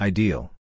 Ideal